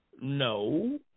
No